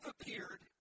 appeared